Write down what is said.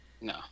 No